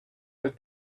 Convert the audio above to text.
that